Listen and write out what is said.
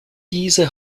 diese